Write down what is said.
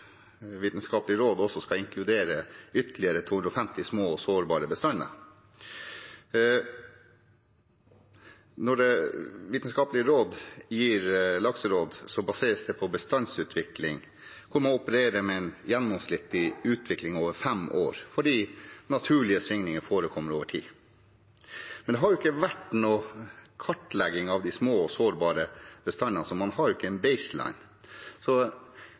Vitenskapelig råd også skal inkludere ytterligere 250 små og sårbare bestander. Når Vitenskapelig råd gir lakseråd, baseres det på bestandsutviklingen, hvor man opererer med en gjennomsnittlig utvikling over fem år, fordi naturlige svingninger forekommer over tid. Men det har ikke vært noen kartlegging av de små og sårbare bestandene, så man har ikke en